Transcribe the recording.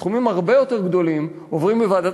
סכומים הרבה יותר גדולים עוברים בוועדת